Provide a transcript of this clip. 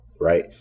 right